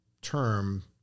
term –